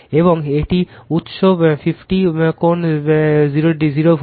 এবং এটি উৎস 50 কোণ 0 ভোল্ট